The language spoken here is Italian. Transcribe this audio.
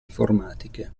informatiche